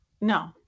no